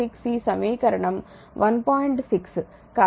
6 ఈ సమీకరణం 1